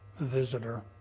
visitor